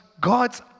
God's